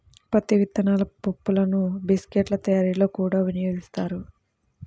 పత్తి విత్తనాల పప్పులను బిస్కెట్ల తయారీలో కూడా వినియోగిస్తారు